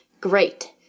Great